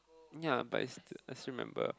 ya but is is remember